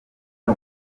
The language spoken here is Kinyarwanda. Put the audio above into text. new